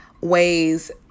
ways